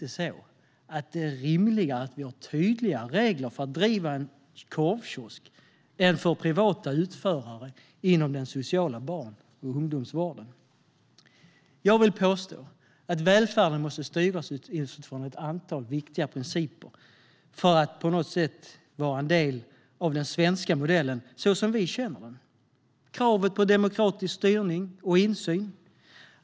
Det är faktiskt inte rimligt att vi har tydligare regler för att driva en korvkiosk än för privata utförare inom den sociala barn och ungdomsvården. Jag vill påstå att välfärden måste styras utifrån ett antal viktiga principer för att på något sätt vara en del av den svenska modellen, så som vi känner den. Det handlar om krav på demokratisk styrning och insyn.